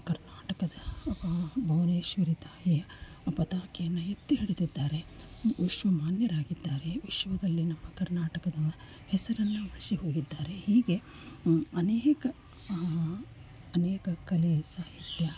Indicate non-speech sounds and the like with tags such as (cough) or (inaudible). ಕರ್ನಾಟಕದ ಭುವನೇಶ್ವರಿ ತಾಯಿಯ ಪತಾಕೆಯನ್ನು ಎತ್ತಿ ಹಿಡಿದಿದ್ದಾರೆ ವಿಶ್ವ ಮಾನ್ಯರಾಗಿದ್ದಾರೆ ವಿಶ್ವದಲ್ಲಿ ನಮ್ಮ ಕರ್ನಾಟಕದ ಹೆಸರನ್ನು (unintelligible) ಹೀಗೆ ಅನೇಕ ಅನೇಕ ಕಲೆ ಸಾಹಿತ್ಯ